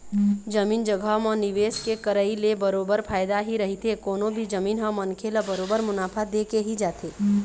जमीन जघा म निवेश के करई ले बरोबर फायदा ही रहिथे कोनो भी जमीन ह मनखे ल बरोबर मुनाफा देके ही जाथे